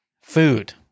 Food